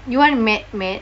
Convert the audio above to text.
you want matte matte